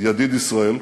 ידיד ישראל,